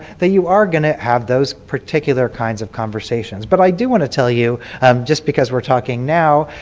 that you are going to have those particular kinds of conversations, but i do want to tell you just because we're talking now,